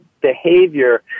behavior